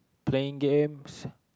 playing games